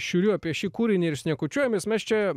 šiuriu apie šį kūrinį ir šnekučiuojamės mes čia